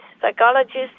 psychologists